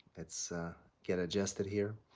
let's get adjusted here.